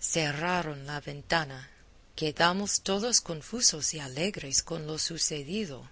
cerraron la ventana quedamos todos confusos y alegres con lo sucedido